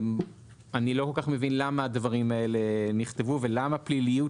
אני לא כל כך מבין למה הדברים האלה נכתבו ולמה פליליות